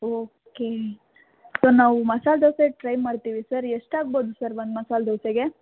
okay so ನಾವು masala dosa try ಮಾಡ್ತೀವಿ sir ಎಷ್ಟಾಗ್ಬೋದು ಸರ್ ಒಂದು ಮಸಾಲೆ ದೋಸೆಗೆ